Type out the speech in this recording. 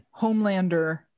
Homelander